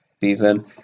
season